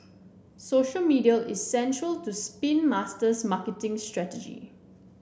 social media is central to Spin Master's marketing strategy